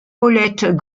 paulette